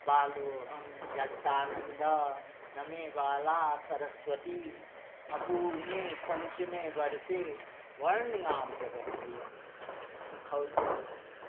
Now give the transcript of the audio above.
बालोहं जागतानन्द नमेवाला सरस्वती अपूर्णे पञ्चमे वर्षे वर्णयाम जगत्रयम सिखाओल जाइत छै